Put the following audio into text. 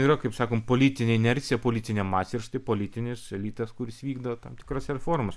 yra kaip sakom politinė inercija politinė masė ir štai politinis elitas kuris vykdo tam tikrose reformas